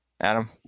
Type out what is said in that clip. adam